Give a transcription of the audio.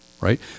right